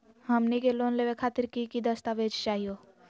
हमनी के लोन लेवे खातीर की की दस्तावेज चाहीयो?